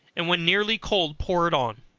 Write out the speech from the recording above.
and when nearly cold pour it on,